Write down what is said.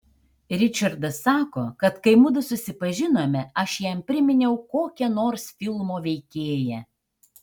ričardas sako kad kai mudu susipažinome aš jam priminiau kokią nors filmo veikėją